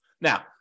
Now